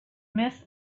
miss